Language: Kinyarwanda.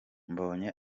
mbonye